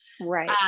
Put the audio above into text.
Right